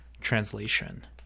translation